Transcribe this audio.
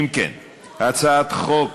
הצעת חוק